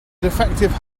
defective